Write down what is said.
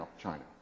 China